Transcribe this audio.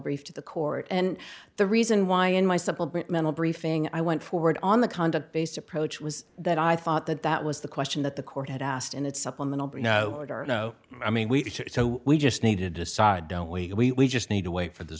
brief to the court and the reason why in my simple mental briefing i went forward on the conduct based approach was that i thought that that was the question that the court had asked in its supplemental but no no i mean we so we just need to decide don't we just need to wait for the